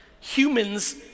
Humans